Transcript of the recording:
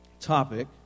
topic